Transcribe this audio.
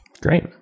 Great